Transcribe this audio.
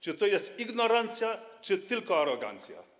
Czy to jest ignorancja, czy tylko arogancja?